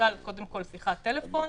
קודם כול שיחת טלפון.